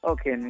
Okay